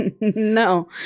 no